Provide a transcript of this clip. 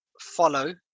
follow